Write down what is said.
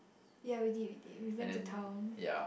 ya we did we did we went to town